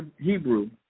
Hebrew